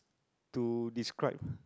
to describe